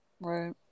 Right